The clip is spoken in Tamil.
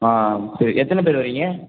ஆ சரி எத்தனை பேர் வர்றீங்க